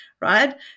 right